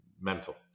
mental